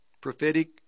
prophetic